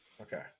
Okay